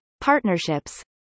partnerships